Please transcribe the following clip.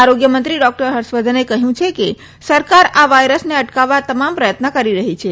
આરોગ્યમંત્રી ડોકટર હર્ષવર્ધને કહ્યું કે સરકાર આ વાયરસને અટકાવવા તમામ પ્રયત્ન કરી રહી છે